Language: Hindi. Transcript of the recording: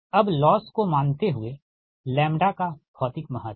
अब लॉस को मानते हुए लैम्ब्डा का भौतिक महत्व